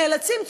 נאלצים,